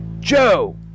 Joe